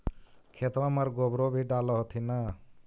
खेतबा मर गोबरो भी डाल होथिन न?